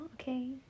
okay